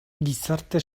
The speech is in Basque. gizarte